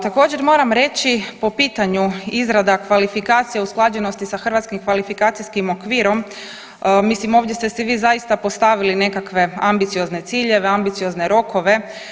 Također moram reći po pitanju izrada kvalifikacija usklađenosti sa hrvatskim kvalifikacijskim okvirom, mislim ovdje ste si vi zaista postavili nekakve ambiciozne ciljeve i ambiciozne rokove.